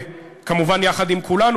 כמובן יחד עם כולנו,